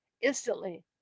Instantly